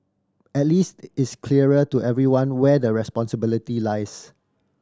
at least it's clearer to everyone where the responsibility lies